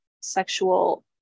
sexual